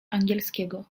angielskiego